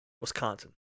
Wisconsin